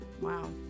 wow